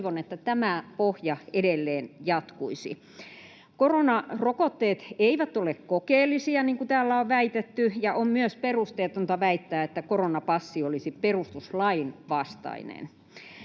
toivon, että tämä pohja edelleen jatkuisi. Koronarokotteet eivät ole kokeellisia, niin kuin täällä on väitetty, ja on myös perusteetonta väittää, että koronapassi olisi perustuslain vastainen.